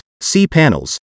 C-panels